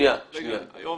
אריאל